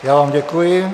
Já vám děkuji.